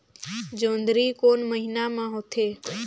जोंदरी कोन महीना म होथे?